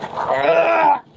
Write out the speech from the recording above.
ah?